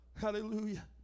Hallelujah